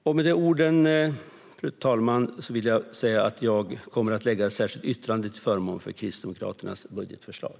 Och med de orden, fru talman, vill jag säga att jag kommer att lägga fram ett särskilt yttrande till förmån för Kristdemokraternas budgetförslag.